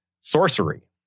sorcery